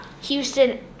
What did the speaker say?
Houston